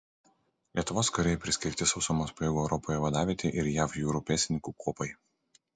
lietuvos kariai priskirti sausumos pajėgų europoje vadavietei ir jav jūrų pėstininkų kuopai